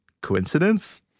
Coincidence